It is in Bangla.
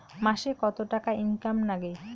মাসে কত টাকা ইনকাম নাগে?